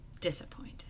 disappointed